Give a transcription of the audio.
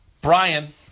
Brian